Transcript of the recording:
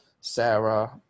sarah